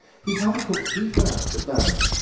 his mother took three firsts at birmingham,